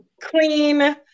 clean